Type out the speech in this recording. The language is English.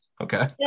Okay